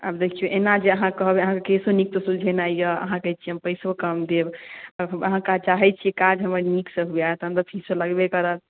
आब देखियौ एना जे अहाँ कहबै अहाँकेँ केसो नीकसँ सुलझेनाइ यए अहाँ कहै छियै हम पैसो कम देब अहाँ चाहै छियै काज हमर नीकसँ हुए तखन तऽ फीस लगबे करत